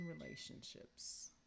relationships